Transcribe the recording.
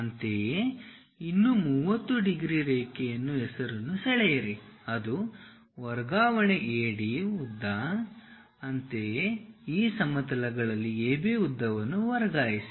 ಅಂತೆಯೇ ಇನ್ನೂ 30 ಡಿಗ್ರಿ ರೇಖೆಯ ಹೆಸರನ್ನು ಸೆಳೆಯಿರಿ ಅದು ವರ್ಗಾವಣೆ AD ಉದ್ದ ಅಂತೆಯೇ ಈ ಸಮತಲಗಳಲ್ಲಿ AB ಉದ್ದವನ್ನು ವರ್ಗಾಯಿಸಿ